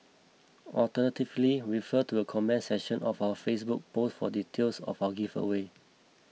alternatively refer to the comments section of our Facebook post for details of our giveaway